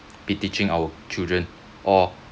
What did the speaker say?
be teaching our children or